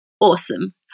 Awesome